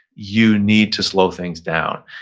you need to slow things down.